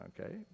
Okay